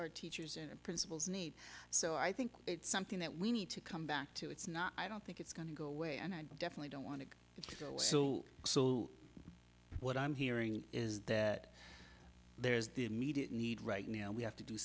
store teachers and principals need so i think it's something that we need to come back to it's not i don't think it's going to go away and i definitely don't want to go with what i'm hearing is that there's the immediate need right now we have to do